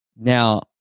Now